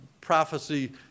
prophecy